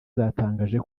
zatangaje